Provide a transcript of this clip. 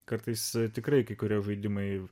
kartais tikrai kai kurie žaidimai